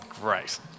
Great